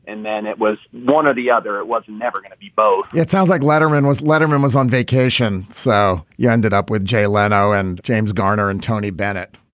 and then it was one or the other. it was never going to be both it sounds like letterman was letterman was on vacation. so you ended up with jay leno and james garner and tony bennett?